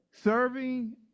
serving